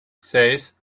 says